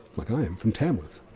like i am, from tamworth.